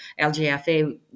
LGFA